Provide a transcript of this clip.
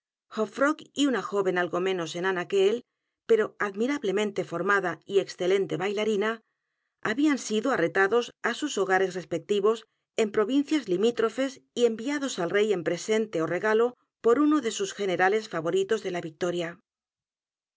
y una joven algo menos enana que él pero admirablemente formada y excelente bailarina habían sido arretados á sus hogares respectivos en provincias limítrofes y enviados al rey en presente ó regalo por uno de sus generales favoritos de l a victoria